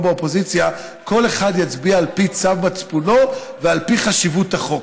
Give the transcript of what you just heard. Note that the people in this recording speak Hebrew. באופוזיציה יצביע על פי צו מצפונו ועל פי חשיבות החוק,